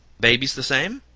babies the same?